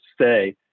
say